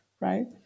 right